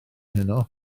heno